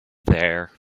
there